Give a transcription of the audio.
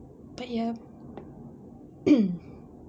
but ya